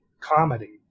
comedy